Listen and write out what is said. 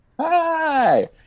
hi